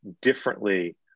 differently